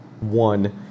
One